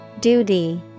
Duty